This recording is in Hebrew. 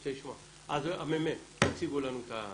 הממ"מ, תציגו לנו.